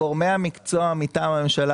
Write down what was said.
אין התנגדות של גורמי המקצוע מטעם הממשלה